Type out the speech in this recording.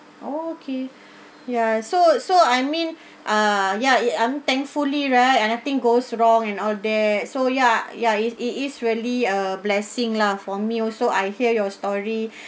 oh okay ya so so I mean ah ya it I'm thankfully right and nothing goes wrong and all that so ya ya is it is really a blessing lah for me also I hear your story